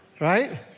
right